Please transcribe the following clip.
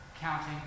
counting